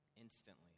Instantly